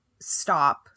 stop